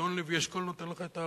אדון לוי אשכול נותן לך את הארוחה.